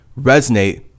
resonate